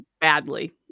badly